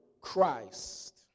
Christ